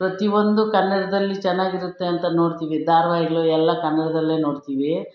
ಪ್ರತಿಯೊಂದು ಕನ್ನಡದಲ್ಲಿ ಚೆನ್ನಾಗಿರುತ್ತೆ ಅಂತ ನೊಡ್ತೀವಿ ಧಾರಾವಾಹಿಗಳು ಎಲ್ಲ ಕನ್ನಡದಲ್ಲೇ ನೊಡ್ತೀವಿ